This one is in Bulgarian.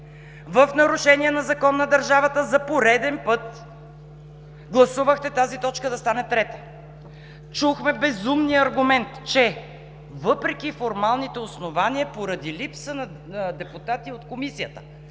В нарушение на закон на държавата за пореден път гласувахте тази точка да стане трета. Чухме безумния аргумент, че: „…въпреки формалните основания, поради липса на депутати от Комисията...”.